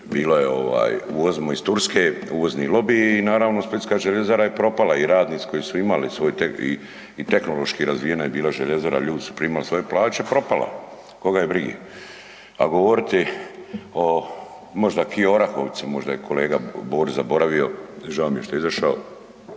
bilo je, uvozimo iz turske, uvozni lobiji naravno, splitska željezara je propala i radnici koji su imali svoj .../nerazumljivo/... i tehnološki razvijena je bila željezara, ljudi su primali svoje plaće, propala. Koga je brige, a govoriti o možda .../Govornik se ne razumije./... možda je kolega Borić zaboravio, žao mi je što je izašao,